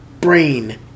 Brain